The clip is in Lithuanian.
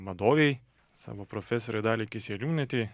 vadovei savo profesorei daliai kisieliūnaitei